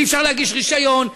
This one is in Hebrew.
אי-אפשר להגיש בקשה לרישיון,